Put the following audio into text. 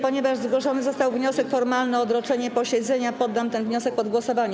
Ponieważ zgłoszony został wniosek formalny o odroczenie posiedzenia, poddam ten wniosek pod głosowanie.